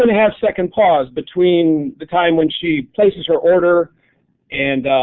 and half second pause between the time when she places her order and.